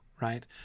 right